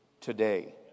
today